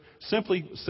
simply